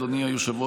אדוני היושב-ראש,